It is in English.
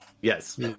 Yes